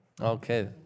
Okay